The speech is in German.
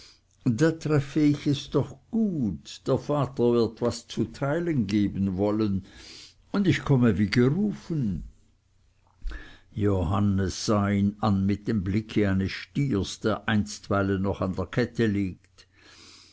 da treffe ich es doch gut der vater wird was zu teilen geben wollen und ich komme wie gerufen johannes sah ihn an mit dem blicke eines stiers der einstweilen noch an der kette liegt